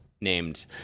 named